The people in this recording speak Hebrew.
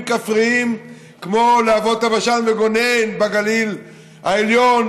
כפריים כמו להבות הבשן וגונן בגליל העליון,